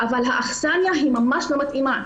אבל האכסניה ממש לא מתאימה,